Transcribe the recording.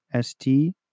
ST